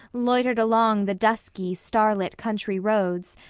loitered along the dusky, starlit country roads,